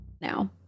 Now